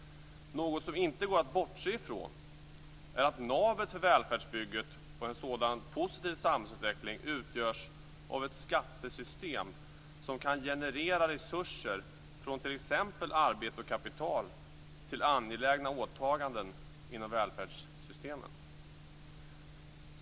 Något som inte går att bortse ifrån är att navet för välfärdsbygget för en sådan positiv samhällsutveckling utgörs av ett skattesystem som kan generera resurser från t.ex. arbete och kapital till angelägna åtaganden inom välfärdssystemen.